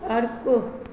अर्को